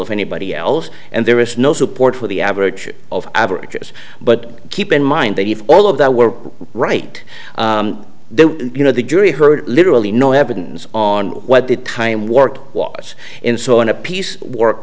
of anybody else and there is no support for the average of averages but keep in mind that if all of that were right then you know the jury heard literally no evidence on what the time work was in so in a piece work